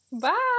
Bye